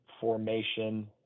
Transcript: formation